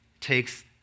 takes